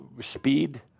speed